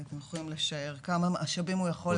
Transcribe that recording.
ואתם יכולים לשער כמה משאבים הוא להקדיש בתנאים האלה.